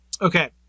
Okay